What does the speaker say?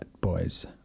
boys